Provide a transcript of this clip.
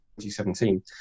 2017